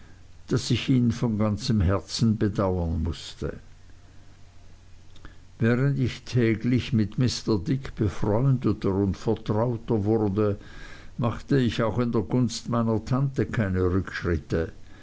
daß ich ihn von ganzem herzen bedauern mußte während ich täglich mit mr dick befreundeter und vertrauter wurde machte ich auch in der gunst meiner tante keine rückschritte